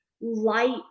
light